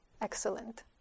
excellent